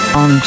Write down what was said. on